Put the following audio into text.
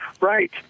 Right